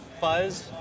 fuzz